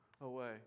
away